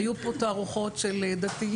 היו פה תערוכות של דתיים,